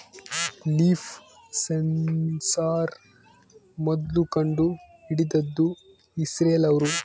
leaf sensor ಮೊದ್ಲು ಕಂಡು ಹಿಡಿದಿದ್ದು ಇಸ್ರೇಲ್ ಅವ್ರು